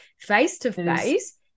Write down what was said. face-to-face